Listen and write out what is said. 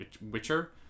Witcher